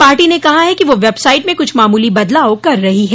party ने कहा है कि वह वेबसाइट में कुछ मामूली बदलाव कर रही है